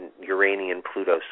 Uranian-Pluto